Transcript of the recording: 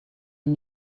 een